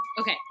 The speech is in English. Okay